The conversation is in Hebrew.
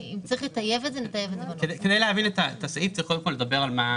לתשלום המס והפרשי הצמדה וריבית כאמור בסעיף קטן (ה),